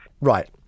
Right